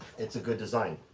it's a good design.